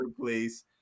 place